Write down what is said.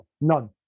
none